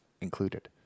included